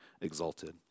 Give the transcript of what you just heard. exalted